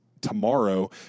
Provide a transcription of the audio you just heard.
tomorrow